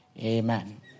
amen